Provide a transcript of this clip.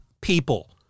people